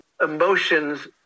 emotions